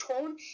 tone